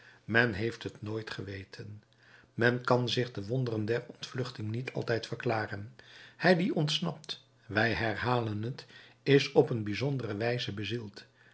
men heeft het nooit geweten men kan zich de wonderen der ontvluchting niet altijd verklaren hij die ontsnapt wij herhalen het is op een bijzondere wijze bezield